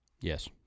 Yes